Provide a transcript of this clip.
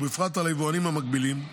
ובפרט על היבואנים המקבילים,